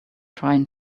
trying